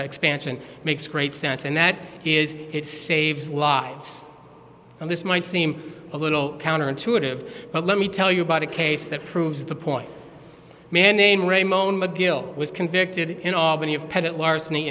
expansion makes great sense and that is it saves lives well this might seem a little counterintuitive but let me tell you about a case that proves the point man then raymone mcgill was convicted in albany of pet larceny